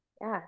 yes